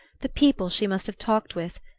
the people she must have talked with,